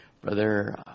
Brother